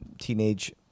teenage